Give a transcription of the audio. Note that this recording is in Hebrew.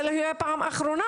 זה לא יהיה פעם אחרונה.